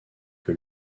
que